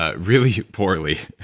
ah really poorly,